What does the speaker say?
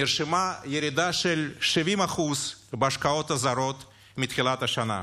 נרשמה ירידה של 70% בהשקעות הזרות מתחילת השנה,